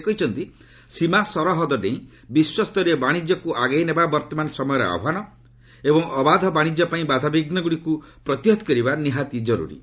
ସେ କହିଛନ୍ତି ସୀମା ସରହଦ ଡେଇଁ ବିଶ୍ୱସ୍ତରୀୟ ବାଣିଜ୍ୟକୁ ଆଗେଇ ନେବା ବର୍ଭମାନ ସମୟର ଆହ୍ୱାନ ଏବଂ ଅବାଧ ବାଣିଜ୍ୟ ପାଇଁ ବାଧାବିଘ୍ନଗୁଡ଼ିକୁ ପ୍ରତିହତ କରିବା ନିହାତି ଜରୁରୀ